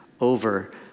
over